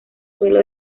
suelo